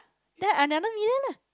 then another million lah